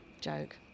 Joke